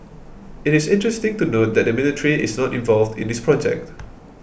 it is interesting to note that the military is not involved in this project